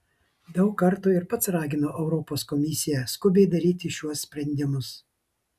daug kartų ir pats raginau europos komisiją skubiai daryti šiuos sprendimus